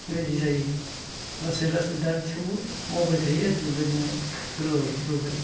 बेबायदि जायो लासै लासै दा थेवबो मावबाय थायो आरो जों बेबायदिनो ग्रोब ग्रोबै